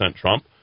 Trump